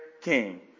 king